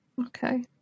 Okay